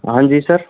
हाँ जी सर